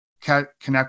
connect